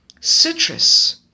citrus